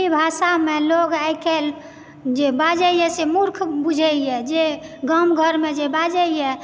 मैथिली भाषामे लोग आइकाल्हि जे बाजयए से मूर्ख बुझयैए जे गाम घरमे जे बाजयए